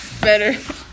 better